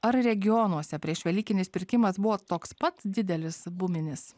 ar regionuose prieš velykinis pirkimas buvo toks pat didelis buminis